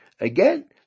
Again